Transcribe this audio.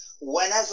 whenever